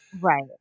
Right